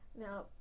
Now